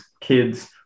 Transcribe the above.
kids